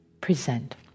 present